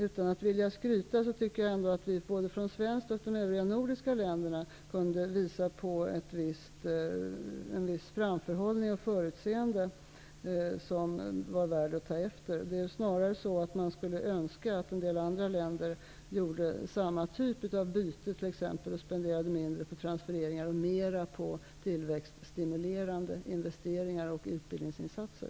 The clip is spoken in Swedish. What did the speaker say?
Utan att vilja skryta tycker jag ändå att både Sverige och de övriga nordiska länderna kunde visa på en viss framförhållning och ett visst förutseende som var värda att ta efter. Man skulle snarare önska att en del andra länder gjorde samma typ av byte och t.ex. spenderade mindre på transfereringar och mera på tillväxtstimulerande investeringar och utbildningsinsatser.